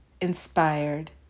inspired